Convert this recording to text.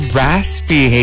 raspy